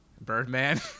birdman